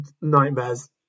nightmares